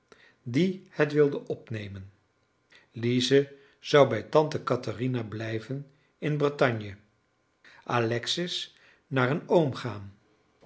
die het wilde opnemen lize zou bij tante katherina blijven in bretagne alexis naar een